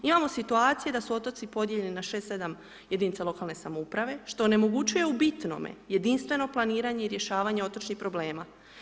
Imamo situaciju da su otoci podijeljeni na šest, sedam, jedinica lokalne samouprave, što onemogućuje u bitnome, jedinstveno planiranje i rješavanje otočnih problema.